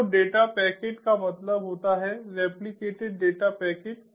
तो data packet का मतलब होता है रेप्लिकेटेड डेटा पैकेट